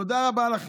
תודה רבה לכן.